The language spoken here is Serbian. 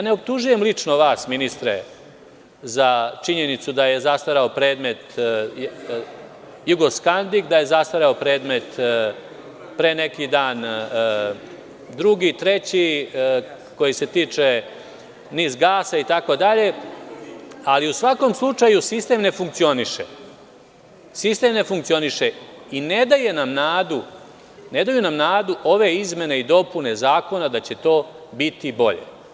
Ne optužujem lično vas ministre za činjenicu da je zastareo predmet „Jugoskandik“, da je zastareo predmet pre neki dan drugi, treći koji se tiče „NIS gas“ itd, ali u svakom slučaju sistem ne funkcioniše i ne daju nam nadu ove izmene i dopune zakona da će to biti bolje.